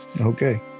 Okay